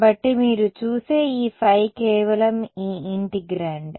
కాబట్టి మీరు చూసే ఈ Φ కేవలం ఈ ఇంటిగ్రండ్